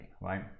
right